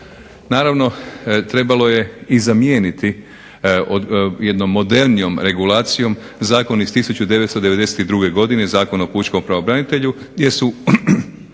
Naravno trebalo je i zamijeniti jednom modernijom regulacijom zakon iz 1992. godine, Zakon o pučkom pravobranitelju gdje su